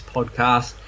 Podcast